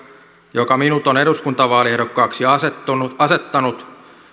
joka minut on eduskuntavaaliehdokkaaksi asettanut asettanut